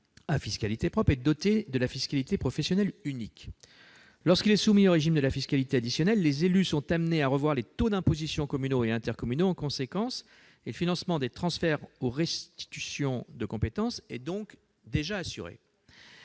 à fiscalité propre est doté de la fiscalité professionnelle unique. Lorsqu'il est soumis au régime de la fiscalité additionnelle, les élus sont amenés à revoir les taux d'imposition communaux et intercommunaux en conséquence. Le financement des transferts ou restitutions de compétences est donc déjà assuré.